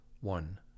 one